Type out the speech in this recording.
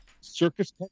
circus